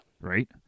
right